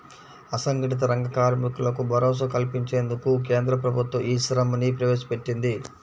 అసంఘటిత రంగ కార్మికులకు భరోసా కల్పించేందుకు కేంద్ర ప్రభుత్వం ఈ శ్రమ్ ని ప్రవేశపెట్టింది